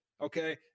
okay